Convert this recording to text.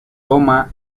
toma